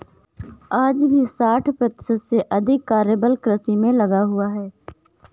आज भी साठ प्रतिशत से अधिक कार्यबल कृषि में लगा हुआ है